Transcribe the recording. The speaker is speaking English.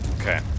Okay